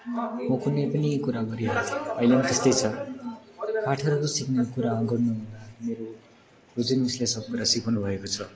म कुनै पनि कुरा गरिहाल्थेँ अहिले पनि त्यस्तै छ पाठहरू सिक्ने कुरा गर्नु हुँदा मेरो रोचिन मिसले सब कुरा सिकउनुभएको छ